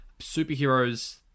superheroes